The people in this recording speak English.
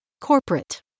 corporate